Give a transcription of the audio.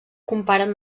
comparen